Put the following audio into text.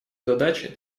задачи